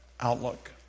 outlook